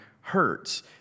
hurts